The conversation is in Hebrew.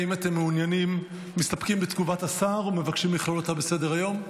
האם אתם מסתפקים בתגובת השר או מבקשים לכלול אותה בסדר-היום?